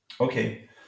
Okay